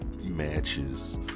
matches